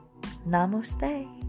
Namaste